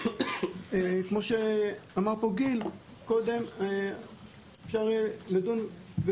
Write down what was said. כמו שאמר כאן גיל אפשר יהיה לדון,